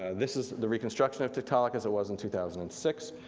this is the reconstruction of tiktaalik as it was in two thousand and six,